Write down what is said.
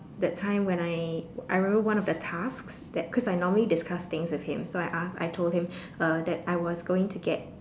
that time when I I remember one of the tasks that because normally I discussed things with him and so I ask I told him I was going to get